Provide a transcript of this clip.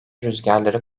rüzgarları